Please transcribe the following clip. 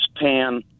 pan